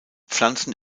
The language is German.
pflanzen